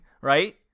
right